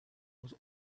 was